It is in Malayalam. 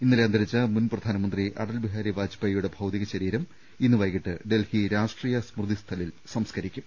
ഇന്നലെ അന്തരിച്ച മുൻ പ്രധാനമന്ത്രി അടൽ ബിഹാരി വാജ്പേയിയുടെ ഭൌതികശരീരം ഇന്ന് വൈകിട്ട് ഡൽഹി രാഷ്ട്രീയ സ്മൃതിസ്ഥലിൽ സംസ്കരിക്കും